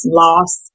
loss